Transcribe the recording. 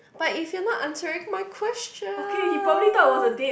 but if your not answering my question